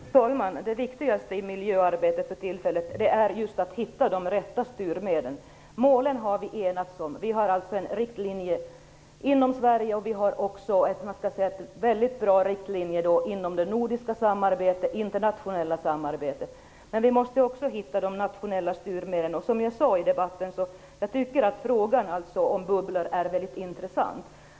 Fru talman! Det viktigaste i miljöarbetet för tillfället är just att hitta de rätta styrmedlen. Målen har vi enats om. Vi har alltså en riktlinje inom Sverige och dessutom väldigt bra riktlinjer inom det nordiska och det internationella samarbetet. Men vi måste också hitta de nationella styrmedlen. Jag sade att jag tycker att frågan om bubblor är mycket intressant.